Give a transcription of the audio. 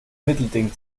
mittelding